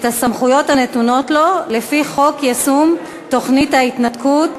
את הסמכויות הנתונות לו לפי חוק יישום תוכנית ההתנתקות,